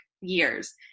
years